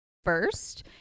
first